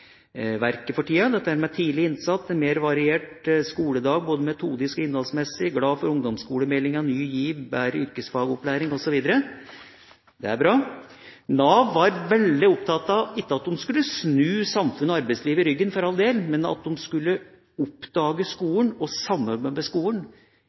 skoleverket for tida, bl.a. dette med tidlig innsats og en mer variert skoledag, både metodisk og innholdsmessig. De var også glad for ungdomsskolemeldinga Ny GIV, bedre yrkesfagopplæring osv. Det er bra. Nav var veldig opptatt av at de ikke skulle vende samfunns- og arbeidslivet ryggen, for all del, men at de skulle oppdage skolen,